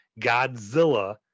Godzilla